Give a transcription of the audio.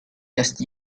just